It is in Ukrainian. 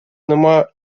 нема